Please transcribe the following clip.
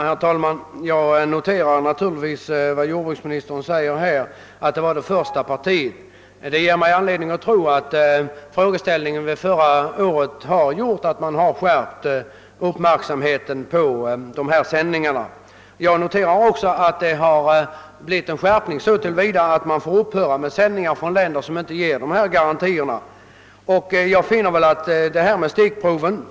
Herr talman! Jag noterar naturligt vis som positivt vad jordbruksministern här säger om att koloradoskalbaggen upptäcktes i det första varupartiet som fördes in i landet. Detta ger mig anledning tro att diskussionen i samma ämne förra året har medfört att uppmärksamheten skärpts på dessa sändningar. Jag noterar också med tillfredsställelse att det blivit en skärpning av kontrollen så till vida att de länder som inte ger sådana garantier måste upphöra med sina sändningar hit.